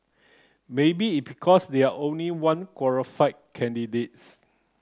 maybe it because there are only one qualified candidates